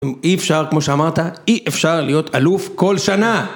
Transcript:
אי אפשר, כמו שאמרת, אי אפשר להיות אלוף כל שנה!